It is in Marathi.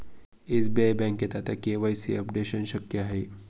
एस.बी.आई बँकेत आता के.वाय.सी अपडेशन शक्य आहे